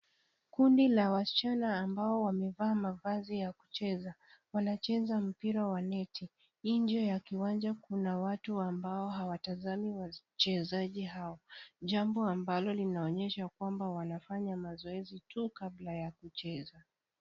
Kundi la wasichana ambao wamevaa mavazi ya kucheza. Wanacheza mpira wa neti. Nje ya kiwanja kuna watu ambao hawatazami wachezaji hao. Jambo ambalo linaonyesha kwamba wanafanya mazoezi tu kabla ya kucheza.